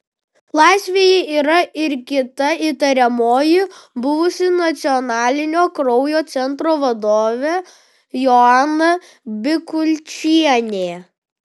laisvėje yra ir kita įtariamoji buvusi nacionalinio kraujo centro vadovė joana bikulčienė